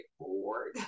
bored